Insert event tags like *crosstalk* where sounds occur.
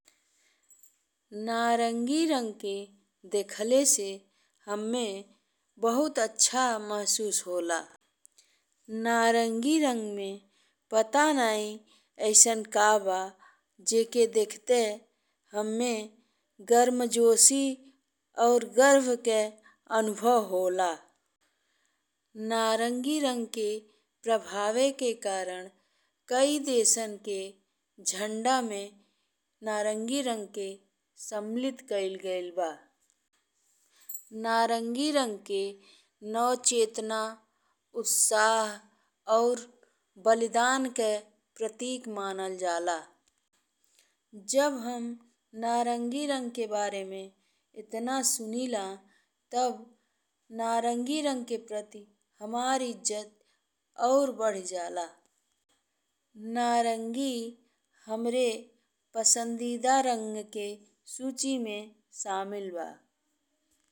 *noise* नारंगी रंग के देखले से हम्मे बहुत अच्छा महसूस होला। *noise* नारंगी रंग में पता नहीं अइसन का बा जेके देखे हम्मे गर्मजोशी और गर्व के अनुभव होला। नारंगी रंग के प्रभाव के कारण कई देसन के झंडा में नारंगी रंग के सम्मिलित कइल गइल बा। *noise* नारंगी रंग के नवचेतना, उत्साह और बलिदान के प्रतीक मानल जाला। *hesitation* जब हम नारंगी रंग के बारे में इतना सुनिला तब नारंगी रंग के प्रति हमार इज्जत और बढ़ी जाला। नारंगी हमरे पसंदीदा रंग के सूची में शामिल बा।